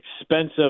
expensive